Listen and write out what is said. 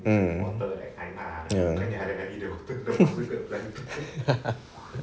mm ya